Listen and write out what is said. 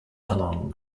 along